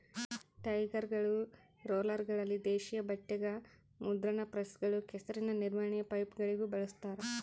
ಟೈರ್ಗಳು ರೋಲರ್ಗಳಲ್ಲಿ ದೇಶೀಯ ಬಟ್ಟೆಗ ಮುದ್ರಣ ಪ್ರೆಸ್ಗಳು ಕೆಸರಿನ ನಿರ್ವಹಣೆಯ ಪೈಪ್ಗಳಿಗೂ ಬಳಸ್ತಾರ